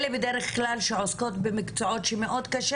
הן אלה שבדרך כלל עוסקות במקצועות שקשה